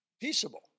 Peaceable